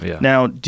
Now